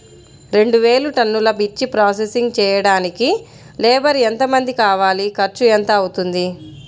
రెండు వేలు టన్నుల మిర్చి ప్రోసెసింగ్ చేయడానికి లేబర్ ఎంతమంది కావాలి, ఖర్చు ఎంత అవుతుంది?